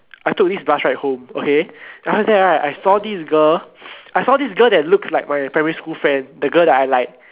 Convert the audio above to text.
I took this bus ride home okay then after that right I saw this girl I saw this girl that looks like my primary school friend the girl that I like